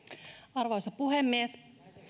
arvoisa puhemies